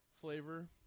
flavor